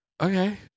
Okay